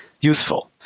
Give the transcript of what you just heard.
useful